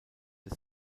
des